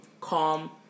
Calm